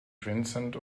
vincent